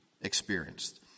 experienced